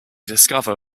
discover